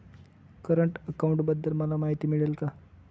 Current अकाउंटबद्दल मला माहिती मिळेल का?